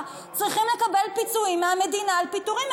צריכים לקבל פיצויים מהמדינה על פיטורים?